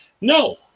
No